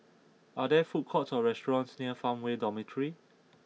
are there food courts or restaurants near Farmway Dormitory